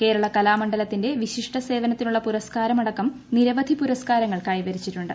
കേരള കലാമണ്ഡലത്തിന്റെ വിശിഷ്ട സേവനത്തിനുള്ള പുരസ്ക്കാരമടക്കം നിരവധി പുരസ്ക്കാരങ്ങൾ കൈവരിച്ചിട്ടുണ്ട്